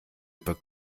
über